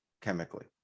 chemically